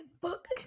book